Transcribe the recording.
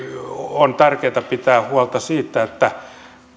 on tärkeätä pitää huolta siitä että